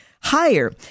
Higher